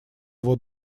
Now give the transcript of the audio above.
его